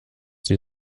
sie